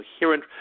coherent